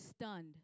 stunned